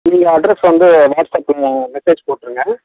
நீங்கள் அட்ரெஸ் வந்து வாட்ஸப்ல மெசேஜ் போட்டிருங்க